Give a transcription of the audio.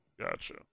Gotcha